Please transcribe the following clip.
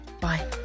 bye